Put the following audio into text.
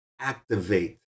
activate